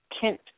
Kent